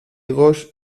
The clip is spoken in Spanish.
higos